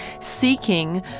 seeking